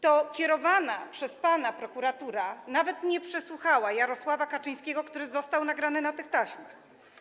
To kierowana przez pana prokuratura nawet nie przesłuchała Jarosława Kaczyńskiego, który został nagrany na tych taśmach.